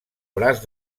braç